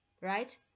right